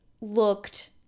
looked